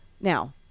Now